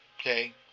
Okay